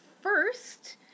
first